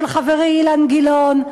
של חברי אילן גילאון.